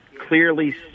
clearly